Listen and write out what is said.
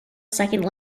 second